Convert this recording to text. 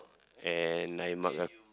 and nine mark ah